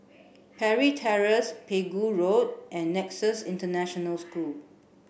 Parry Terrace Pegu Road and Nexus International School